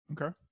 okay